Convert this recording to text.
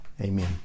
Amen